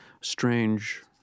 strange